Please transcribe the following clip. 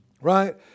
Right